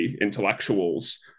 intellectuals